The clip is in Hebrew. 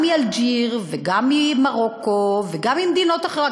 גם מאלג'יר וגם ממרוקו וגם ממדינות אחרות,